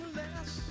less